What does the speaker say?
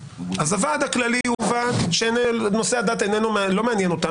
אז הוועד הכללי הוא ועד שנושא הדת לא מעניין אותם,